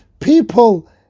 people